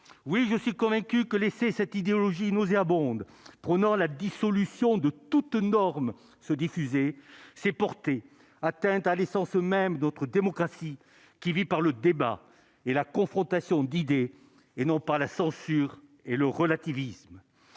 oui, je suis convaincu que laisser cette idéologie nauséabonde prônant la dissolution de toutes normes se diffuser, c'est porter atteinte à l'essence même d'autres démocraties qui vit par le débat et la confrontation d'idées et non pas la censure et le relativisme